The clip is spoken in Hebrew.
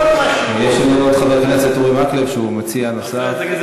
יש לנו את חבר הכנסת אורי מקלב שהוא מציע נוסף.